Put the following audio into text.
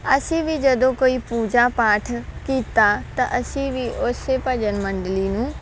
ਅਸੀਂ ਵੀ ਜਦੋਂ ਕੋਈ ਪੂਜਾ ਪਾਠ ਕੀਤਾ ਤਾਂ ਅਸੀਂ ਵੀ ਉਸੇ ਭਜਨ ਮੰਡਲੀ ਨੂੰ